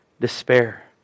despair